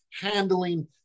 handling